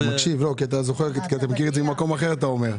כי אתה מכיר את זה ממקום אחר, אתה אומר?